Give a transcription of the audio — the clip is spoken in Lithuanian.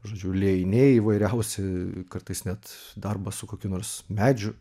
žodžiu liejiniai įvairiausi kartais net darbas su kokiu nors medžiu